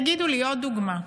תגידו לי, עוד דוגמה.